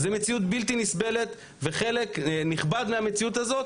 זה מציאות בלתי נסבלת וחלק נכבד מהמציאות הזאת,